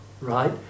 Right